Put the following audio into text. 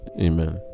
Amen